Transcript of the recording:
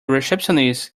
receptionist